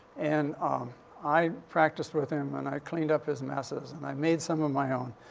and i practiced with him. and i cleaned up his messes. and i made some of my own.